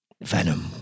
Venom